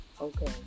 okay